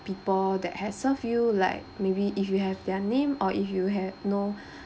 people that had served you like maybe if you have their name or if you have know